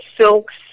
silks